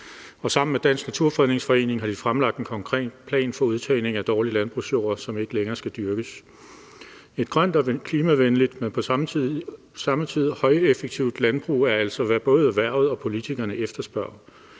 sammen med Danmarks Naturfredningsforening har de fremlagt en konkret plan for udtagning af dårlig landbrugsjord, som ikke længere skal dyrkes. Et grønt og klimavenligt, men på samme tid højeffektivt landbrug er altså, hvad både erhvervet og politikerne efterspørger.